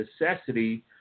necessity